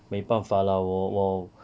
没办法 lah 我我